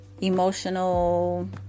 emotional